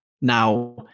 now